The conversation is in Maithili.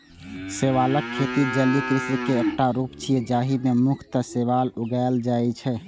शैवालक खेती जलीय कृषि के एकटा रूप छियै, जाहि मे मुख्यतः शैवाल उगाएल जाइ छै